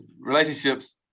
relationships